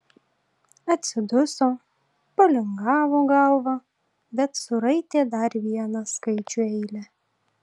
atsiduso palingavo galvą bet suraitė dar vieną skaičių eilę